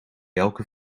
elke